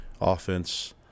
offense